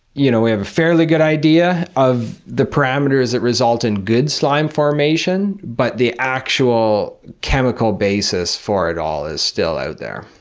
you know have a fairly good idea of the parameters that result in good slime formation, but the actual chemical basis for it all is still out there.